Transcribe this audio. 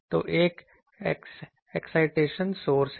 तो एक excitation source है